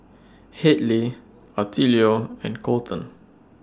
Hadley Attilio and Kolten